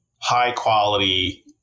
high-quality